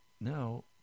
now